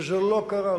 וזה לא קרה,